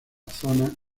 zona